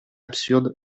absurde